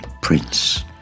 Prince